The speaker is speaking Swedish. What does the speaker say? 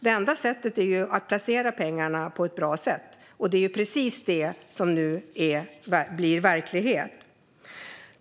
Det enda sättet är ju att placera pengarna på ett bra sätt. Det är precis detta som nu blir verklighet.